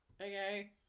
Okay